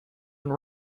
and